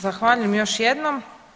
Zahvaljujem još jednom.